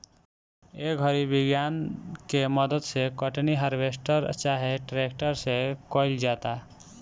ए घड़ी विज्ञान के मदद से कटनी, हार्वेस्टर चाहे ट्रेक्टर से कईल जाता